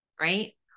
right